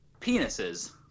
...penises